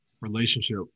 relationship